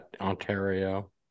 Ontario